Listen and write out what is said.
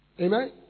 Amen